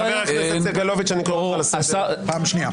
חבר הכנסת סגלוביץ, אני קורא אותך לסדר פעם שנייה.